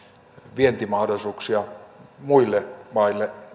vientimahdollisuuksia muille maille